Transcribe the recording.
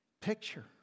picture